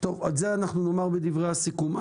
על זה אנחנו נאמר בדברי הסיכום.